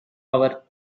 our